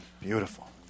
Beautiful